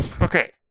Okay